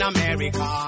America